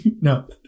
No